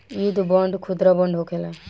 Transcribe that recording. युद्ध बांड खुदरा बांड होखेला